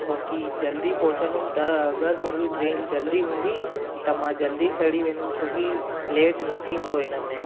छोकी जल्दी पहुचंदमि त अगरि मुंहिंजी ट्रेन जल्दी हूंदी त मां जल्दी चढ़ी वेंदुमि छोकी लेट न थींदो हिन में